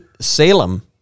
Salem